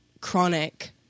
chronic